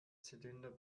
zylinder